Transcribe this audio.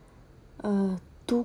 err two